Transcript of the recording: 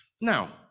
Now